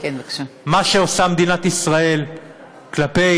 מה שעושה מדינת ישראל כלפי